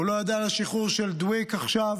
הוא לא ידע על השחרור של דוויק עכשיו,